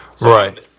Right